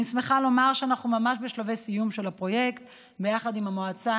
אני שמחה לומר שאנחנו ממש בשלבי סיום של הפרויקט ביחד עם המל"ל,